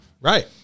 Right